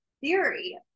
theory